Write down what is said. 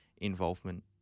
involvement